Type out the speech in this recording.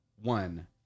one